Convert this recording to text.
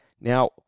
Now